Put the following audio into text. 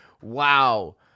wow